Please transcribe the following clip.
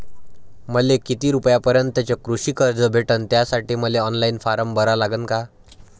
मले किती रूपयापर्यंतचं कृषी कर्ज भेटन, त्यासाठी मले ऑनलाईन फारम भरा लागन का?